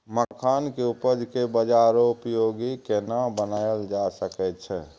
मखान के उपज के बाजारोपयोगी केना बनायल जा सकै छै?